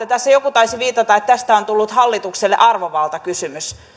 tässä joku taisi viitata että tästä on tullut hallitukselle arvovaltakysymys